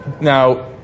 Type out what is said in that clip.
Now